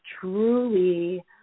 truly